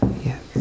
Yes